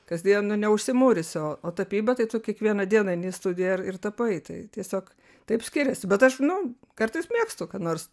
kasdien nu neužsimūrysi o o tapyba tai tu kiekvieną dieną eini į studiją ir ir tapai tai tiesiog taip skiriasi bet aš nu kartais mėgstu ką nors